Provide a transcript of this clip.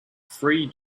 free